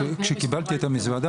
כשקיבלתי את המזוודה